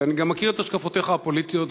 ואני גם מכיר את השקפותיך הפוליטיות,